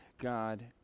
God